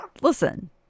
Listen